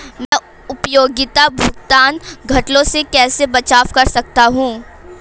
मैं उपयोगिता भुगतान घोटालों से कैसे बचाव कर सकता हूँ?